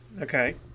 Okay